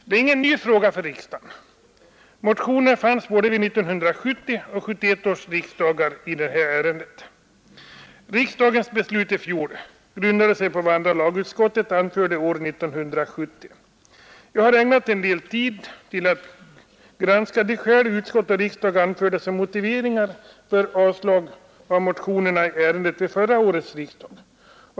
Det är ingen ny fråga för riksdagen. Motioner i det här ärendet väcktes både vid 1970 och 1971 års riksdagar. Riksdagens beslut i fjol grundade sig på vad andra lagutskottet anförde år 1970. Jag har ägnat en del tid åt att granska de motiveringar utskottet anförde för sitt ställningstagande att hemställa om avslag på motionerna till förra årets riksdag.